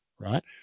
right